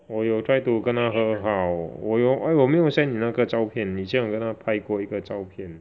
我有 try to 跟他和好我有 eh 我没有 send 你那个照片以前我跟他拍过一个照片